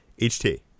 HT